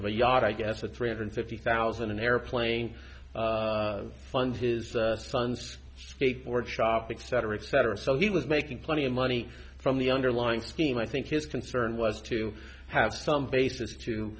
of a yacht i guess a three hundred fifty thousand an airplane fund his son's skateboard shopping cetera et cetera so he was making plenty of money from the underlying scheme i think his concern was to have some basis to